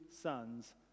sons